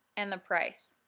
and the price.